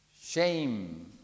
shame